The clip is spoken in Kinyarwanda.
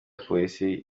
polisi